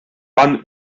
pan